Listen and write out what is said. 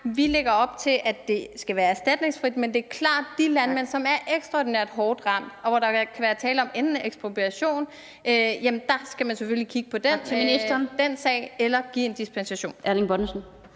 vi lægger op til, at det skal være erstatningsfrit, men det er klart, at man med hensyn til de landmænd, som er ekstraordinært hårdt ramt, og hvor der kan være tale om ekspropriation, selvfølgelig skal kigge på den sag, eller give en dispensation.